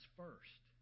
first